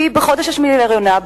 היא בחודש השמיני להריונה,